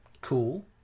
Cool